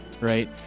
right